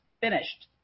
finished